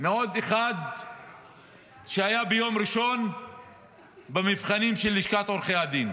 מעוד אחד שהיה ביום ראשון במבחנים של לשכת עורכי הדין.